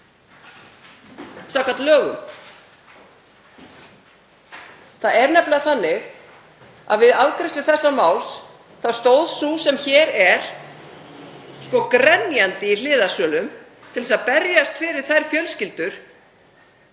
samkvæmt lögum. Það er nefnilega þannig að við afgreiðslu þessa máls þá stóð sú sem hér er grenjandi í hliðarsölum til að berjast fyrir þær fjölskyldur